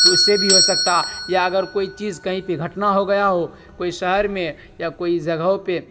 تو اس سے بھی ہو سکتا ہے یا اگر کوئی چیز کہیں پہ گھٹنا ہو گیا ہو کوئی شہر میں یا کوئی جگہوں پہ